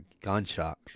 gunshot